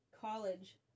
college